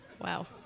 Wow